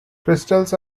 crystals